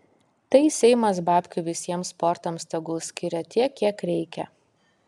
tai seimas babkių visiems sportams tegul skiria tiek kiek reikia